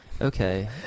Okay